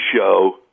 Show